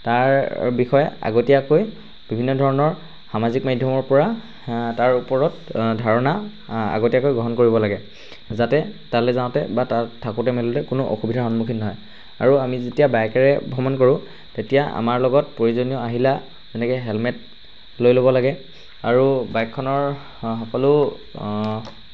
তাৰ বিষয়ে আগতীয়াকৈ বিভিন্ন ধৰণৰ সামাজিক মাধ্যমৰপৰা তাৰ ওপৰত ধাৰণা আগতীয়াকৈ গ্ৰহণ কৰিব লাগে যাতে তালে যাওঁতে বা তাত থাকোঁতে মেলোঁতে একো অসুবিধাৰ সন্মুখীন নহয় আৰু আমি যেতিয়া বাইকেৰে ভ্ৰমণ কৰোঁ তেতিয়া আমাৰ লগত প্ৰয়োজনীয় আহিলা যেনেকৈ হেলমেট লৈ ল'ব লাগে আৰু বাইকখনৰ সকলো